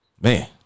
Man